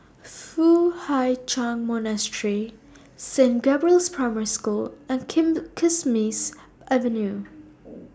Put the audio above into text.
Foo Hai Ch'An Monastery Saint Gabriel's Primary School and Kismis Avenue